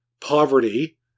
poverty